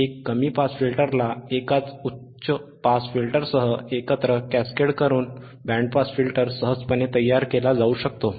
एक कमी पास फिल्टरला एकाच उच्च पास फिल्टरसह एकत्र कॅस्केड करून बँड पास फिल्टर सहजपणे तयार केला जाऊ शकतो